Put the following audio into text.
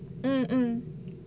mm mm